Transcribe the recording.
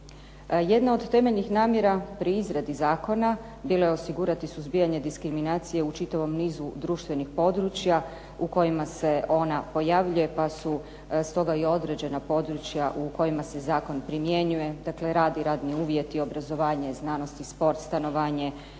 Jedna od temeljnih namjera pri izradi zakona bilo je osigurati suzbijanje diskriminacije u čitavom nizu društvenih područja u kojima se ona pojavljuje, pa su stoga i određena područja u kojima se zakon primjenjuje, dakle rad i radni uvjeti, obrazovanje, znanost i sport, stanovanje,